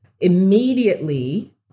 Immediately